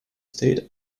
state